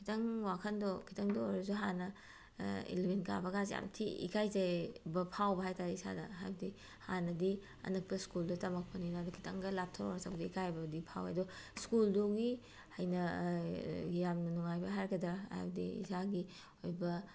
ꯈꯤꯇꯪ ꯋꯥꯈꯟꯗꯣ ꯈꯤꯇꯪꯗ ꯑꯣꯏꯔꯁꯨ ꯍꯥꯟꯅ ꯏꯂꯚꯦꯟ ꯀꯥꯕꯒꯁꯦ ꯌꯥꯝ ꯊꯤ ꯏꯀꯥꯏꯖꯩꯑꯕ ꯐꯥꯎꯕ ꯍꯥꯏꯇꯥꯔꯦ ꯏꯁꯥꯗ ꯍꯥꯏꯕꯗꯤ ꯍꯥꯟꯅꯗꯤ ꯑꯅꯛꯄ ꯁ꯭ꯀꯨꯜꯗ ꯇꯝꯃꯛꯄꯅꯤꯅ ꯍꯥꯏꯕꯗꯤ ꯈꯤꯇꯪꯒ ꯂꯥꯞꯊꯣꯔꯛꯑ ꯆꯠꯄꯗꯣ ꯏꯀꯥꯏꯕꯗꯤ ꯐꯥꯎꯋꯦ ꯑꯗꯣ ꯁ꯭ꯀꯨꯜꯗꯨꯒꯤ ꯑꯩꯅ ꯌꯥꯝꯅ ꯅꯨꯡꯉꯥꯏꯕ ꯍꯥꯏꯒꯗ꯭ꯔꯥ ꯍꯥꯏꯕꯗꯤ ꯏꯁꯥꯒꯤ ꯑꯣꯏꯕ